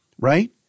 Right